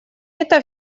это